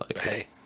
Hey